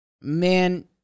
man